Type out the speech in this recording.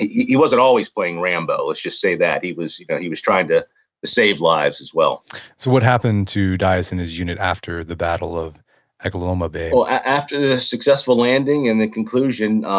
he he wasn't always playing rambo, let's just say that. he was he was trying to save lives as well what happened to dyess and his unit after the battle of aglaloma bay? well, after the successful landing and the conclusion,